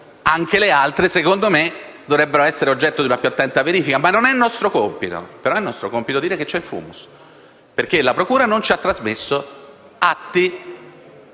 anche le altre secondo me dovrebbero essere oggetto di una più attenta verifica, ma non è nostro compito. Viceversa è nostro compito dire che c'è il *fumus*, perché la procura non ci ha trasmesso atti